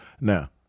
Now